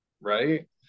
right